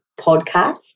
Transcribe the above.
podcast